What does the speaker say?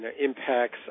impacts